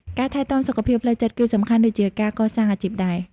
ការថែទាំសុខភាពផ្លូវចិត្ត គឺសំខាន់ដូចជាការកសាងអាជីពដែរ។